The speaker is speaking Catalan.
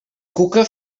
cuca